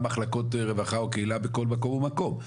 מחלקות רווחה או קהילה בכל מקום ומקום,